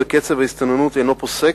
וקצב ההסתננות אינו פוסק,